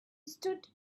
stood